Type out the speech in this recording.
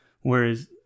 whereas